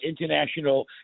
International